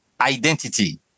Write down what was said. identity